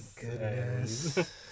goodness